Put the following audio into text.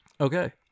Okay